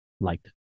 liked